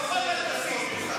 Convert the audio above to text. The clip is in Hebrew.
לפחות אל תסית.